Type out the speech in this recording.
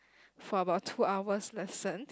for about two hours lesson